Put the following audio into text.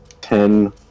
Ten